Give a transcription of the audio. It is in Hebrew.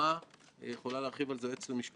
מעבר לקושי בלוחות הזמנים,